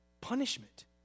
Punishment